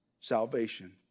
salvation